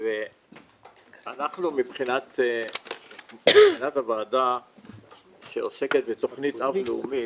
מבחינת הוועדה שעוסקת בתכנית אב לאומית